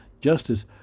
justice